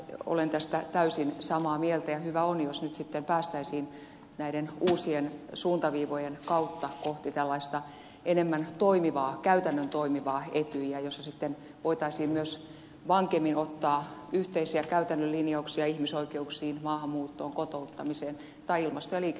olen tästä täysin samaa mieltä ja hyvä on jos nyt sitten päästäisiin näiden uusien suuntaviivojen kautta kohti tällaista enemmän toimivaa käytännöntoimivaa etyjiä jossa sitten voitaisiin myös vankemmin ottaa yhteisiä käytännön linjauksia ihmisoikeuksiin maahanmuuttoon kotouttamiseen tai ilmastoliike